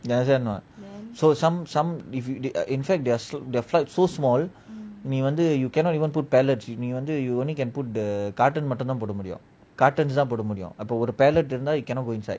you understand or not so some some if they in fact they their flight so small நீ வந்து:nee vanthu you cannot even put pellets நீ வந்து:nee vanthu you can only put the carton மட்டும் தான் போடா முடியும்:mattum dhan poda mudiyum carton தான் போடா முடியும் அப்போ ஒரு:dhan poda mudiyum appo oru pellet இருந்த:iruntha cannot go inside